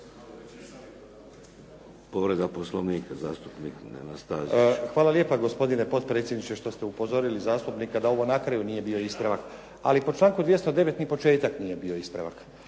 Nenad Stazić. **Stazić, Nenad (SDP)** Hvala lijepo gospodine potpredsjedniče što ste upozorili gospodina zastupnika da ovo na kraju nije bio ispravak. Ali po članku 209. ni početak nije bio ispravak